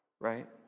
Right